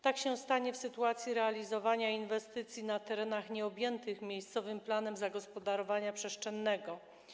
Tak się stanie w sytuacji realizowania inwestycji na terenach nieobjętych miejscowym planem zagospodarowania przestrzennego.